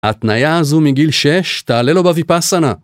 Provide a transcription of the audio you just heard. ההתנייה הזו מגיל 6, תעלה לו בויפאסנה